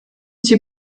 sie